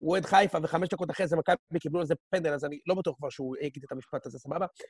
הוא אוהד חיפה, וחמש דקות אחרי זה מכבי קיבלו על זה פנדל, אז אני לא בטוח שהוא כבר הקליט את המשפט הזה, סבבה?